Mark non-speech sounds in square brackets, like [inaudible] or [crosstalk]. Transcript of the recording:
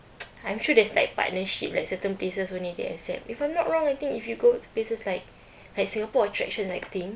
[noise] I'm sure there's like partnership like certain places only they accept if I'm not wrong I think if you go to places like like singapore attraction I think